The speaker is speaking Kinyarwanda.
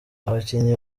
abakinnyi